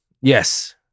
yes